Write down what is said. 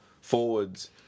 forwards